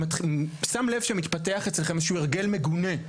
אני שם לב שמתפתח אצלכם איזה שהוא הרגל מגונה.